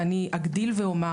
ואני אגדיל ואומר,